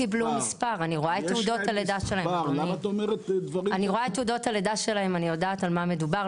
אני רואה את תעודות הלידה שלהם ואני יודעת על מה מדובר,